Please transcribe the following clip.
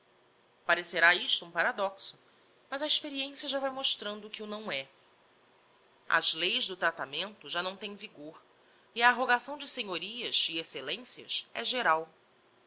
parecerá isto um paradoxo mas a experiencia já vai mostrando que o não é as leis do tratamento já não tem vigor e a arrogação de senhorias e excellencias é geral